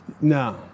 No